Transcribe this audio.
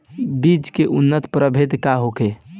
बीज के उन्नत प्रभेद का होला?